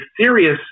serious